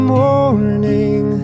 morning